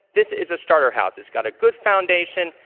this is a starter house, it's got a good foundation,